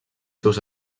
seus